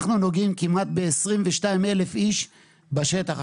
אנחנו נוגעים כמעט ב-22,000 איש בשטח.